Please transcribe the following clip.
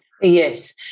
Yes